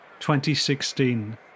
2016